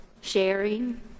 sharing